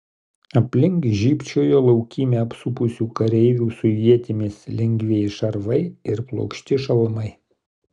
aplink žybčiojo laukymę apsupusių kareivių su ietimis lengvieji šarvai ir plokšti šalmai